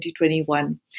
2021